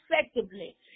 effectively